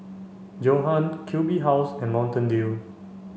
Johan Q B House and Mountain Dew